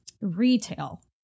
retail